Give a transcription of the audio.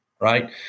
right